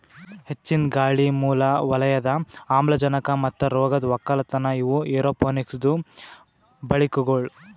ಹೆಚ್ಚಿಂದ್ ಗಾಳಿ, ಮೂಲ ವಲಯದ ಆಮ್ಲಜನಕ ಮತ್ತ ರೋಗದ್ ಒಕ್ಕಲತನ ಇವು ಏರೋಪೋನಿಕ್ಸದು ಬಳಿಕೆಗೊಳ್